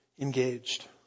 engaged